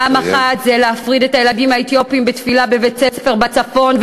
פעם אחת זה להפריד את הילדים האתיופים בתפילה בבית-ספר בצפון,